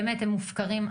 הם מופקרים.